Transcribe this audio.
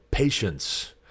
Patience